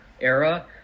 era